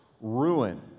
ruin